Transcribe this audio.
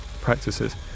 practices